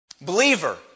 Believer